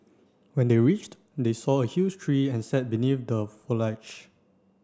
when they reached they saw a huge tree and sat beneath the foliage